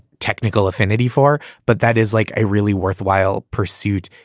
technical affinity for. but that is like a really worthwhile pursuit.